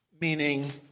meaning